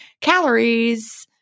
calories